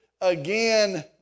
again